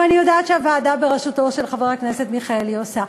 ואני יודעת שהוועדה בראשותו של חבר הכנסת מיכאלי עושה.